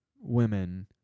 women